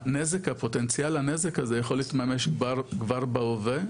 פוטנציאל הנזק הזה יכול להתממש כבר בהווה,